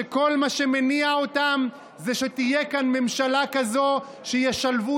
שכל מה שמניע אותם זה שתהיה כאן ממשלה כזאת שישלבו